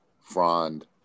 frond